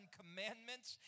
commandments